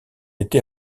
été